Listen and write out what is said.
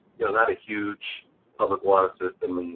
not a huge public water system.